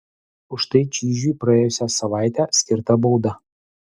už tai čyžiui praėjusią savaitę skirta bauda